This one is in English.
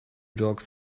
dogs